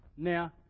Now